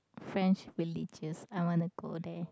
French religious I want to go there